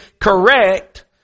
correct